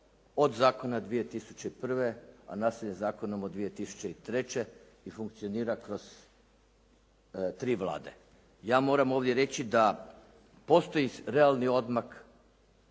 od zakona 2001., a nastao zakonom od 2003. i funkcionira kroz tri Vlade. Ja ovdje moram reći da postoji realni odmak